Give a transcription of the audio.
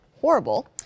horrible